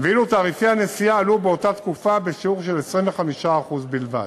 ואילו תעריפי הנסיעה עלו באותה תקופה בשיעור של 25% בלבד.